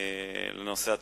לנושא התכנוני.